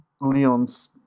Leon's